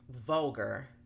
vulgar